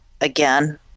again